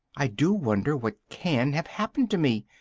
i do wonder what can have happened to me!